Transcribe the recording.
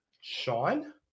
Sean